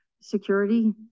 security